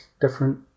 different